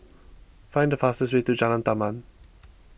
find the fastest way to Jalan Taman